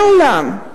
שלעולם,